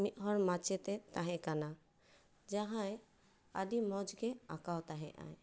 ᱢᱤᱫ ᱦᱚᱲ ᱢᱟᱪᱮᱫᱼᱮ ᱛᱟᱦᱮᱸ ᱠᱟᱱᱟ ᱡᱟᱦᱟᱸᱭ ᱟᱹᱰᱤ ᱢᱚᱡᱽ ᱜᱮᱭ ᱟᱸᱠᱟᱣ ᱛᱟᱦᱮᱸᱜ ᱟᱭ